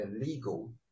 illegal